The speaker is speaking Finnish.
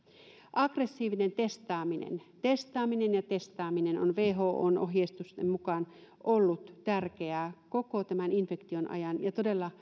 aggressiivinen testaaminen testaaminen ja testaaminen on whon ohjeistusten mukaan ollut tärkeää koko tämän infektion ajan ja todella